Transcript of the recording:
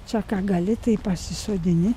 čia ką gali tai pasisodini